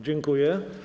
Dziękuję.